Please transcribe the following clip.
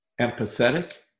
empathetic